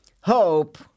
hope